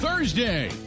thursday